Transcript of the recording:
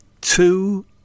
two